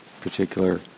particular